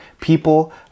people